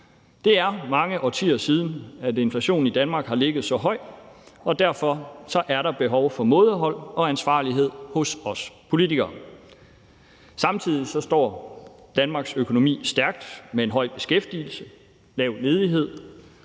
Det er mange årtier siden, at inflationen i Danmark har ligget så højt, og derfor er der behov for mådehold og ansvarlighed hos os politikere. Samtidig står Danmarks økonomi stærkt med en høj beskæftigelse, lav ledighed